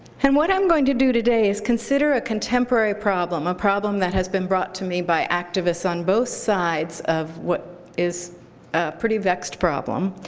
and what i'm going to do today is consider a contemporary problem, a problem that has been brought to me by activists on both sides of what is a pretty vexed problem,